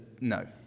no